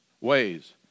ways